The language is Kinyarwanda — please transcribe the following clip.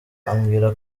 ambwira